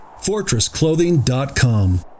FortressClothing.com